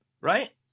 right